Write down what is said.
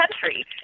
country